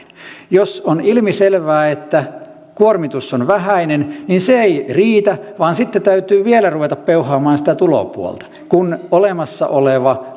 jos on ilmiselvää että kuormitus on vähäinen niin se ei riitä vaan sitten täytyy vielä ruveta peuhaamaan sitä tulopuolta kun olemassa oleva